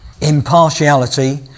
impartiality